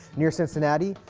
near cincinnati,